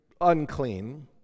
unclean